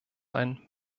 ein